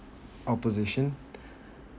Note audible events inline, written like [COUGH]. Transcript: opposition [BREATH]